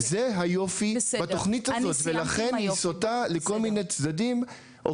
זה היופי בתוכנית הזאת ולכן היא סוטה לכל מיני צדדים,